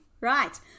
Right